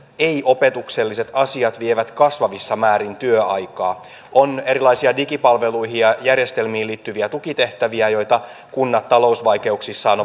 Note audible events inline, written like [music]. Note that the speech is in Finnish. ei opetukselliset asiat vievät kasvavissa määrin työaikaa on erilaisia digipalveluihin ja järjestelmiin liittyviä tukitehtäviä joita kunnat talousvaikeuksissaan [unintelligible]